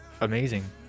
amazing